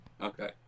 Okay